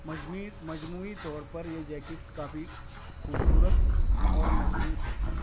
مجمی مجموعی طور پر یہ جیکٹ کافی خوبصورت اور مضبوط ہے